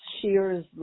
shears